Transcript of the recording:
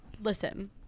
listen